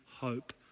hope